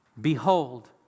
Behold